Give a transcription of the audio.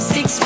Six